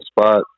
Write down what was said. spot